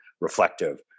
reflective